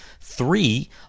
three